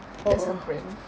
that's her brand